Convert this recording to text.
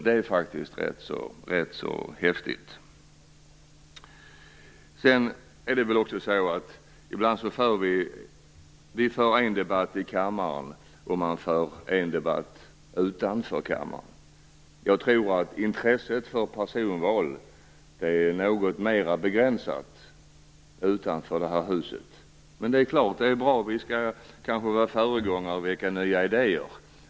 Det är faktiskt rätt så häftigt. Ibland förs en debatt i kammaren och en annan debatt utanför kammaren. Jag tror att intresset för personval är något mer begränsat utanför det här huset. Men det är klart att vi kanske skall vara föregångare och väcka nya idéer.